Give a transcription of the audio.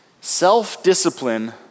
Self-discipline